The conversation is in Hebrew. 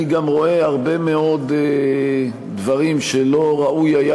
אני רואה גם הרבה מאוד דברים שלא ראוי היה